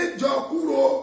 jokuro